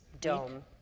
dome